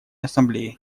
ассамблее